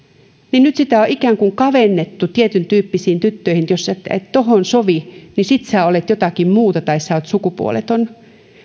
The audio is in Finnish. niin nyt sitä on ikään kuin kavennettu tietyntyyppisiin tyttöihin että jos sinä et tuohon sovi niin sitten sinä olet jotakin muuta tai sinä olet sukupuoleton